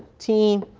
t,